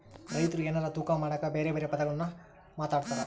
ರೈತ್ರು ಎನಾರ ತೂಕ ಮಾಡಕ ಬೆರೆ ಬೆರೆ ಪದಗುಳ್ನ ಮಾತಾಡ್ತಾರಾ